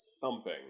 thumping